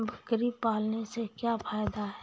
बकरी पालने से क्या फायदा है?